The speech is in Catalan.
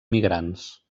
migrants